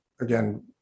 again